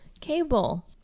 Cable